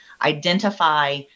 identify